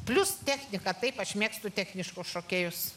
plius technika taip aš mėgstu techniškus šokėjus